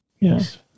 Yes